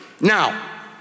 now